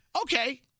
Okay